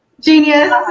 Genius